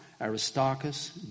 Aristarchus